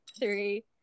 three